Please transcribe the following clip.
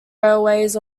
railways